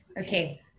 Okay